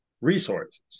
resources